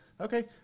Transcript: okay